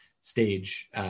stage